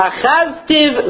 Achaztiv